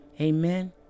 Amen